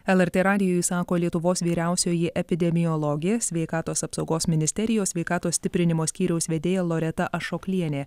lrt radijui sako lietuvos vyriausioji epidemiologė sveikatos apsaugos ministerijos sveikatos stiprinimo skyriaus vedėja loreta ašoklienė